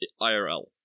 IRL